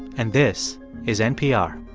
and this is npr